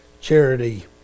charity